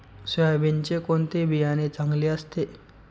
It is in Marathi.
सोयाबीनचे कोणते बियाणे चांगले असते?